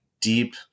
deep